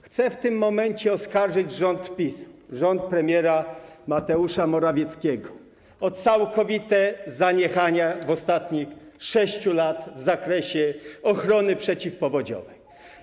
Chcę w tym momencie oskarżyć rząd PiS, rząd premiera Mateusza Morawieckiego o całkowite zaniechanie w okresie ostatnich 6 lat w zakresie ochrony przeciwpowodziowej.